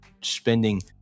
spending